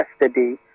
yesterday